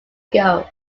ago